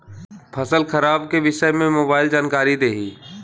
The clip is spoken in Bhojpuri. फसल खराब के विषय में मोबाइल जानकारी देही